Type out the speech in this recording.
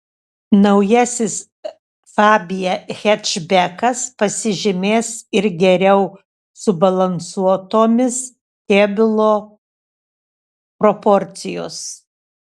naujasis fabia hečbekas pasižymės ir geriau subalansuotomis kėbulo proporcijos